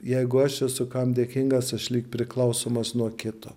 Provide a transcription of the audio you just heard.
jeigu aš esu kam dėkingas aš lyg priklausomas nuo kito